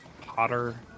Potter